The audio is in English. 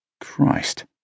Christ